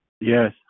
Yes